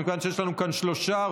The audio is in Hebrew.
יש לנו כאן שלושה,